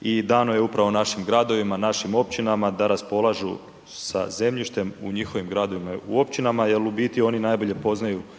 i dano je upravo našim gradovima, našim općinama da raspolažu sa zemljištem u njihovim gradovima i općinama jer u biti, oni najbolje poznaju teren,